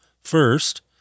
first